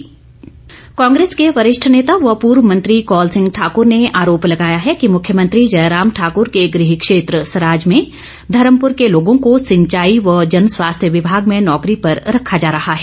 कौल सिंह कांग्रेस के वरिष्ठ नेता व पूर्व मंत्री कौल सिंह ठाकुर ने आरोप लगाया है कि मुख्यमंत्री जयराम ठाकुर के गृह क्षेत्र सराज में धर्मपुर के लोगों को सिंचाई व जनस्वास्थ्य विभाग में नौकरी पर रखा जा रहा है